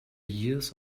years